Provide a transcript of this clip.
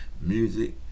music